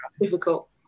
difficult